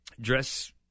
Dress